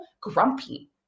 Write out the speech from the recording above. grumpy